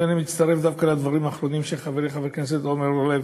ואני מצטרף דווקא לדברים האחרונים של חברי חבר הכנסת עמר בר-לב.